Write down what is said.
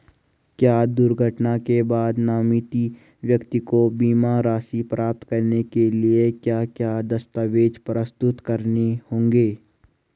क्या दुर्घटना के बाद नामित व्यक्ति को बीमा राशि प्राप्त करने के लिए क्या क्या दस्तावेज़ प्रस्तुत करने होंगे?